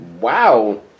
Wow